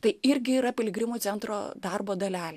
tai irgi yra piligrimų centro darbo dalelė